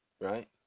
right